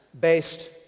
based